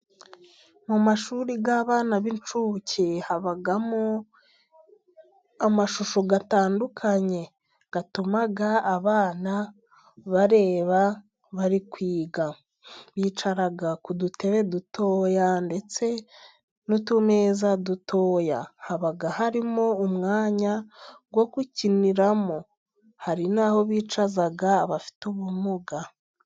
Mu mashuri y'abana b'incuke habamo amashusho atandukanye atumaga abana bareba bari kwiga. Bicara ku dutebe dutoya ndetse n'utumeza dutoya. Haba harimo umwanya wo gukiniramo, hari n'aho bicaza abafite ubumuga.